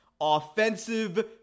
Offensive